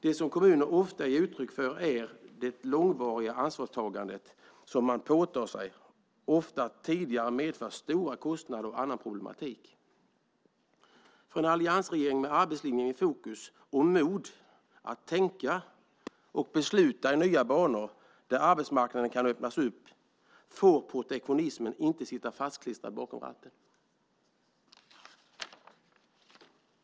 Det som kommuner ofta ger uttryck för är att det långvariga ansvarstagande som man påtar sig tidigare ofta har medfört stora kostnader och annan problematik. För en alliansregering med arbetslinjen i fokus och mod att tänka och besluta i nya banor, där arbetsmarknaden kan öppnas upp, får protektionismen inte sitta fastklistrad bakom ratten.